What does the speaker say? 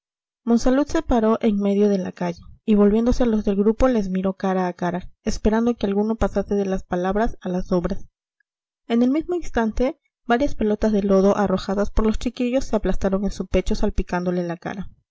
monsalud se paró en medio de la calle y volviéndose a los del grupo les miró cara a cara esperando que alguno pasase de las palabras a las obras en el mismo instante varias pelotas de lodo arrojadas por los chiquillos se aplastaron en su pecho salpicándole la cara